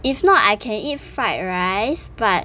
if not I can eat fried rice but